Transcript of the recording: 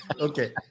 Okay